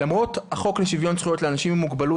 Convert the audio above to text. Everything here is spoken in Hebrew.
למרות החוק לשיוויון זכויות לאנשים עם מוגבלות,